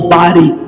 body